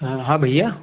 हाँ हाँ भैया